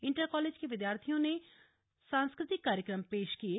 inter college के विद्यार्थियों ने सांस्कृतिक कार्यक्रम पेश किये